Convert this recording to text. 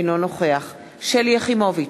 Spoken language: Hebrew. אינו נוכח שלי יחימוביץ,